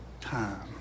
time